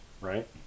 right